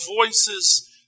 voices